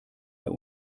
der